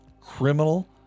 criminal